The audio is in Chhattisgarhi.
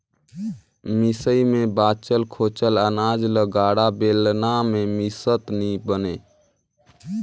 मिसई मे बाचल खोचल अनाज ल गाड़ा, बेलना मे मिसत नी बने